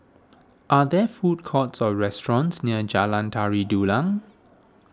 are there food courts or restaurants near Jalan Tari Dulang